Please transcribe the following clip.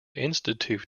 institute